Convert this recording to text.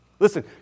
Listen